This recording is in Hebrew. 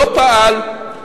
לא פעל,